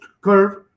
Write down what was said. curve